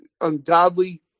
ungodly